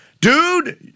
dude